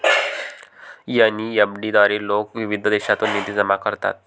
NEFT द्वारे लोक विविध देशांतून निधी जमा करतात